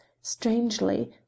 strangely